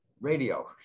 Radio